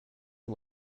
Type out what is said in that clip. are